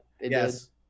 yes